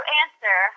answer